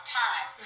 time